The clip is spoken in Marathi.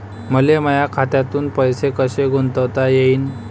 मले माया खात्यातून पैसे कसे गुंतवता येईन?